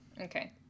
okay